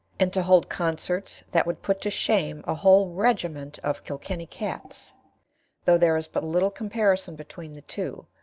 and to hold concerts that would put to shame a whole regiment of kilkenny cats though there is but little comparison between the two,